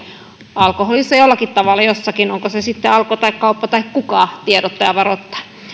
alkoholissa jollakin tavalla jossakin onko se sitten alko tai kauppa tai kuka joka tiedottaa ja varoittaa